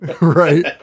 right